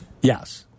yes